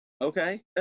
okay